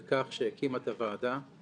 בכך שהקימה את הוועדה,